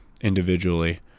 individually